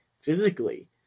physically